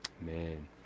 Man